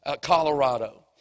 Colorado